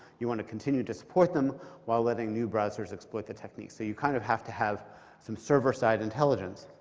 you want to continue to support them well letting new browsers exploit the techniques. so you kind of have to have some server-side intelligence.